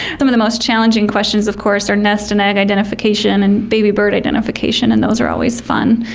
some of the most challenging questions of course are nest and egg identification and baby bird identification, and those are always fun.